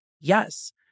Yes